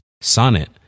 Sonnet